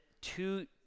two